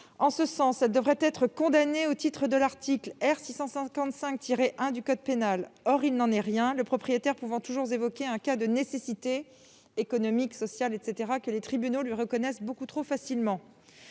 En ce sens, elle devrait être condamnée au titre de l'article R. 655-1 du code pénal. Or il n'en est rien, le propriétaire pouvant toujours invoquer une nécessité économique ou sociale que les tribunaux lui reconnaissent beaucoup trop facilement.